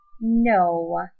No